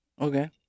Okay